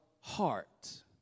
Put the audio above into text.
heart